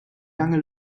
lange